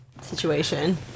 situation